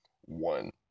one